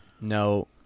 No